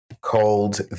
called